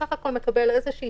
שבסך הכול מקבל איזושהי